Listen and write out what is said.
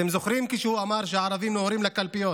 אתם זוכרים שהוא אמר שהערבים נוהרים לקלפיות?